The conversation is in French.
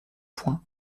point